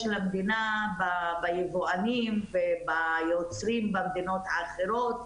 למדינה ביבואנים וביצרנים במדינות האחרות,